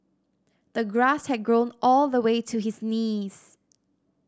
the grass had grown all the way to his knees